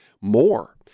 more